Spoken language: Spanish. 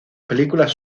películas